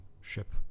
ship